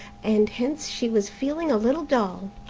and hence she was feeling a little dull.